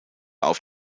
auf